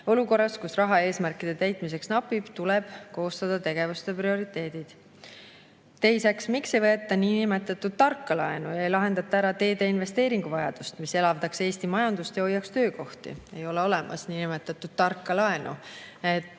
Olukorras, kus raha eesmärkide täitmiseks napib, tuleb koostada tegevuste prioriteedid. Teiseks: "Miks ei võeta nn tarka laenu ja ei lahendata ära teede investeeringuvajadust, mis elavdaks Eesti majandust ja hoiaks töökohti?" Ei ole olemas niinimetatud tarka laenu.